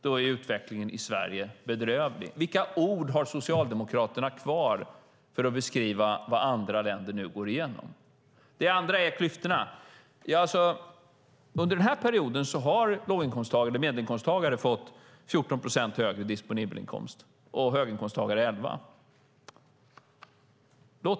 Då är utvecklingen i Sverige bedrövlig. Vilka ord har Socialdemokraterna kvar för att beskriva vad andra länder nu går igenom? Det andra gäller klyftorna. Under den här perioden har låg och medelinkomsttagare fått 14 procent högre disponibel inkomst, och höginkomsttagare har fått 11 procent högre.